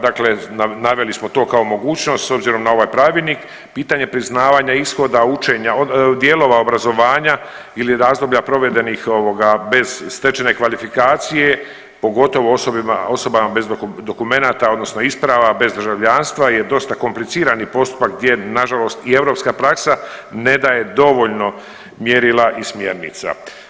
Dakle, naveli smo to kao mogućnost s obzirom na ovaj pravilnik, pitanje priznavanja ishoda učenja, dijelova obrazovanja ili razdoblja provedenih ovoga bez stečene kvalifikacije pogotovo osobama bez dokumenata odnosno isprava, bez državljanstva je dosta komplicirani postupak gdje nažalost i europska praksa ne daje dovoljno mjerila i smjernica.